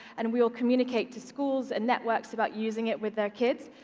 and we will communicate to schools and networks about using it with their kids.